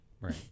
right